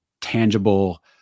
tangible